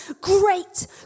great